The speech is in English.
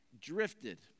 drifted